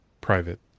private